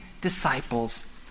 disciples